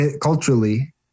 culturally